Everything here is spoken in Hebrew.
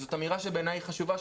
וזאת אמירה שבעיניי היא חשובה,